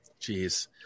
Jeez